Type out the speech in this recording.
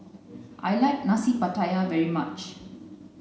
I like nasi pattaya very much